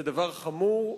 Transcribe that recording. זה דבר חמור.